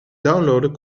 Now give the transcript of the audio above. downloaden